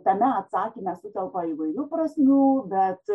tame atsakyme sutelpa įvairių prasmių bet